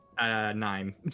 nine